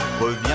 reviens